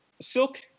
Silk